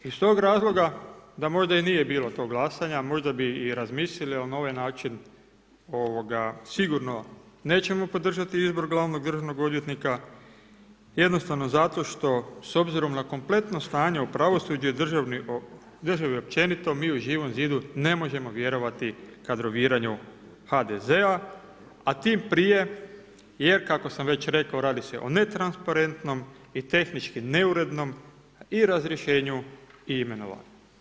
Iz tog razloga da možda i nije bilo tog glasanja, možda bi i razmislili, ali na ovaj način sigurno nećemo podržati izbor glavnog državnog odvjetnika, jednostavno zato što s obzirom na kompletno stanje u pravosuđu i državi općenito, mi u Živom zidu ne možemo vjerovati kadroviranju HDZ-a a tim prije jer kako sam već rekao, radi se o netransparentnom i tehnički neurednom i razrješenju i imenovanju.